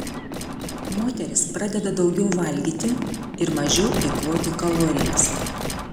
moteris pradeda daugiau valgyti ir mažiau eikvoti kalorijas